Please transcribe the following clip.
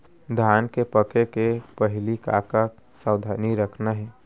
धान के पके के पहिली का का सावधानी रखना हे?